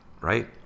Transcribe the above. right